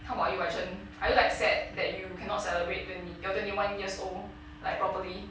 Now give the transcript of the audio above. how about you wai chen are you like sad that you cannot celebrate when you're twenty one years old like properly